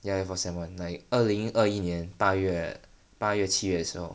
ya year four sem one like 二零二一年八月八月七月的时候